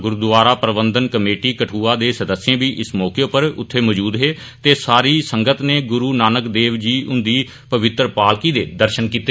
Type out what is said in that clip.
गुरूद्वारा प्रबंधक कमेटी कठुआ दे सदस्य बी इस मौके उप्पर उत्थें मजूद हे ते सारी संगत नै गुय नानक देव जी हुंदी पवित्र पालकी दे दर्शन कीते